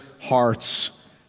hearts